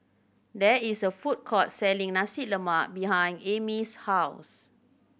there is a food court selling Nasi Lemak behind Amy's house